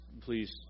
please